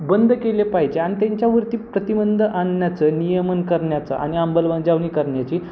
बंद केले पाहिजे आणि त्यांच्यावरती प्रतिबंध आणण्याचं नियमन करण्याचं आणि अंमलबजावणी करण्याची